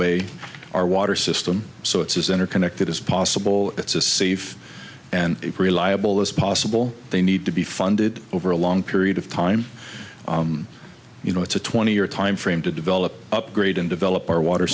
way our water system so it's is interconnected as possible it's a safe and reliable as possible they need to be funded over a long period of time you know it's a twenty year time frame to develop upgrade and develop our water